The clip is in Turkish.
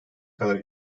kadar